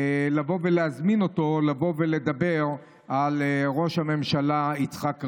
לבוא ולהזמין אותו לבוא ולדבר על ראש הממשלה יצחק רבין.